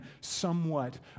somewhat